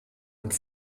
mit